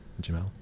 Jamal